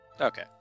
Okay